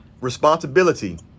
Responsibility